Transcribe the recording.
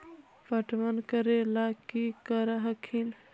पटबन करे ला की कर हखिन?